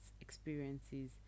experiences